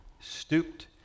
stooped